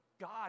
God